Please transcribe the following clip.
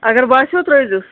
اگر باسیو ترٛٲیزیوس